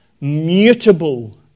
mutable